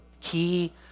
key